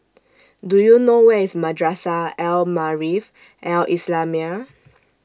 Do YOU know Where IS Madrasah Al Maarif Al Islamiah